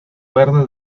verde